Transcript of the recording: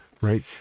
Right